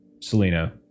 Selena